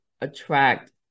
attract